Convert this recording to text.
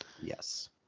Yes